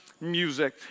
music